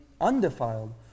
undefiled